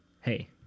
hey